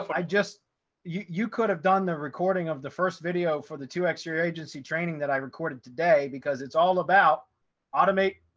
i just you could have done the recording of the first video for the two extra agency training that i recorded today because it's all about automate,